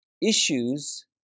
issues